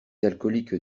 alcooliques